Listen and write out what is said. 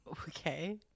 Okay